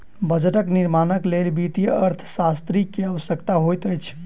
budget निर्माणक लेल वित्तीय अर्थशास्त्री के आवश्यकता होइत अछि